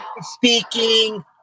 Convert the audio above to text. Speaking